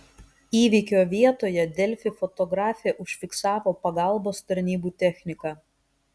įvykio vietoje delfi fotografė užfiksavo pagalbos tarnybų techniką